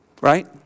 Right